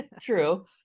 true